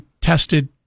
tested